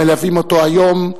המלווים אותו היום,